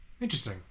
interesting